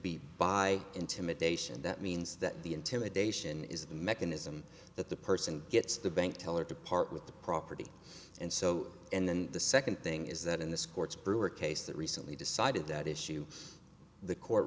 be by intimidation that means that the intimidation is the mechanism that the person gets the bank teller to part with the property and so and then the second thing is that in this court's brewer case that recently decided that issue the court